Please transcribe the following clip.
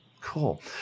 Cool